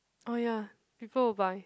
oh ya people will buy